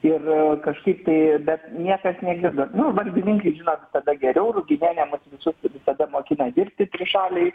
ir kažkaip tai bet niekas negirdi nu valdininkai žino tada geriau ruginienė mums visus visada mokina dirbti trišalėj